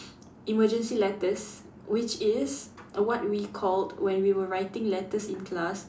emergency letters which is what we called when we were writing letters in class